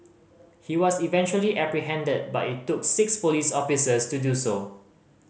he was eventually apprehended but it took six police officers to do so